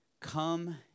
come